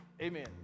Amen